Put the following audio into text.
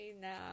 now